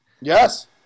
Yes